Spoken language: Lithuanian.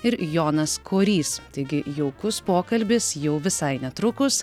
ir jonas korys taigi jaukus pokalbis jau visai netrukus